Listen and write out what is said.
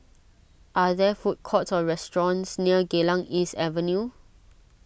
are there food courts or restaurants near Geylang East Avenue